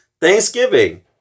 Thanksgiving